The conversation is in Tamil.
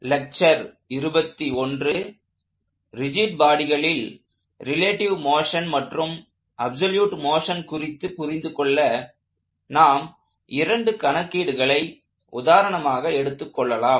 ரிஜிட் பாடிகளில் ரிலேட்டிவ் மோஷன் மற்றும் அப்சொலுட் மோஷன் குறித்து புரிந்துகொள்ள நாம் இரண்டு கணக்கீடுகளை உதாரணமாக எடுத்துக் கொள்ளலாம்